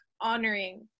honoring